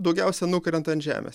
daugiausia nukrenta ant žemės